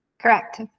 Correct